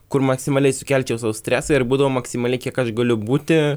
kur maksimaliai sukelčiau sau stresą ir būdavo maksimaliai kiek aš galiu būti